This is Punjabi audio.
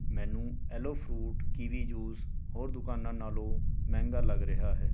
ਮੈਨੂੰ ਐਲੋ ਫਰੂਟ ਕੀਵੀ ਜੂਸ ਹੋਰ ਦੁਕਾਨਾਂ ਨਾਲੋਂ ਮਹਿੰਗਾ ਲੱਗ ਰਿਹਾ ਹੈ